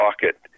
pocket